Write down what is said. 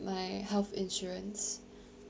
my health insurance